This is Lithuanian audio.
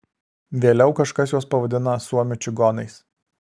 vėliau kažkas juos pavadina suomių čigonais